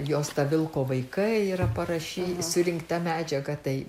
jos ta vilko vaikai yra parašy surinkta medžiaga tai